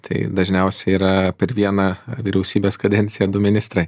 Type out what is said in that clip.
tai dažniausiai yra per vieną vyriausybės kadenciją du ministrai